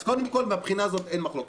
אז קודם כול מהבחינה הזאת אין מחלוקת.